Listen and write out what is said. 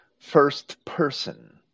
first-person